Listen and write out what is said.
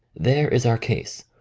there is our case,